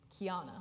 kiana